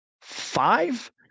Five